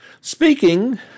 Speaking